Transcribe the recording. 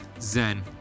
Zen